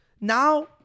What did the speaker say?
Now